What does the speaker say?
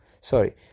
sorry